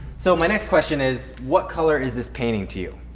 so my next question is, what color is this painting to you?